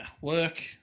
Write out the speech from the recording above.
work